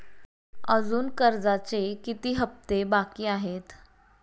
अजुन कर्जाचे किती हप्ते बाकी आहेत?